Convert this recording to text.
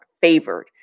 favored